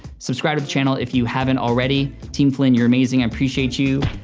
subscribe to the channel if you haven't already. team flynn you're amazing, i appreciate you,